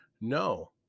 No